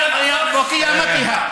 העיר העתיקה,